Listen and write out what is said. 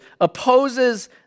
Opposes